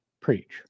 preach